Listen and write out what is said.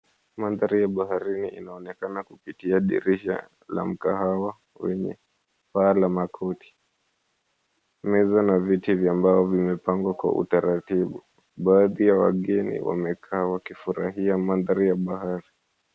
Mandhari ya baharini inaonekana kupitia dirisha la mkahawa wenye paa la makuti. Meza na viti vya mbao vimepangwa kwa utaratibu. Baadhi ya wageni wamekaa wakifurahia mandhari ya bahari.